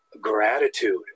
Gratitude